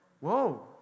whoa